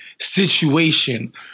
situation